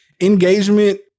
engagement